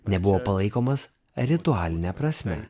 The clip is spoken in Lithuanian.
nebuvo palaikomas ritualine prasme